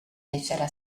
deixarà